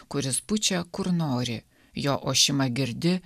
kuris pučia kur nori jo ošimą girdi